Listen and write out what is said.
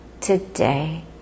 today